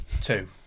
Two